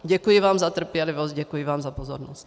Děkuji vám za trpělivost, děkuji vám za pozornost.